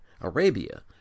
Arabia